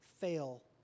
fail